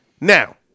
Now